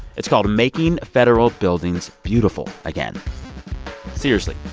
it's called making federal buildings beautiful again seriously.